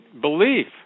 belief